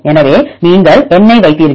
எனவே நீங்கள் எண்ணை வைத்தீர்கள்